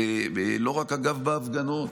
אגב, לא רק בהפגנות.